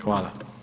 Hvala.